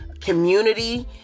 community